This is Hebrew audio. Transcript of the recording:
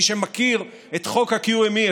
מי שמכיר את חוק ה-QME,